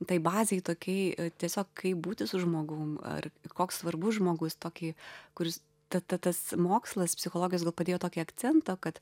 taip bazei tokiai tiesiog kaip būti su žmogumi ar koks svarbus žmogus tokį kuris ta ta tas mokslas psichologijos padėjo tokį akcentą kad